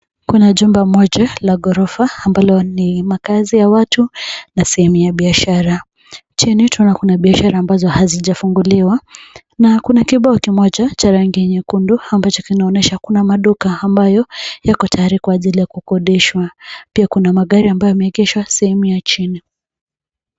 Kuna jumba moja la ghorofa ambalo ni makaazi ya watu na sehemu ya biashara. Chini tunaona kuna biashara ambazo hazijafunguliwa na kuna kibao kimoja cha rangi ya nyekundu ambacho kinaonyesha kuna maduka ambayo yako tayari kwa ajili ya kukodishwa. Pia kuna magari ambayo yameegeshwa sehemu ya chini.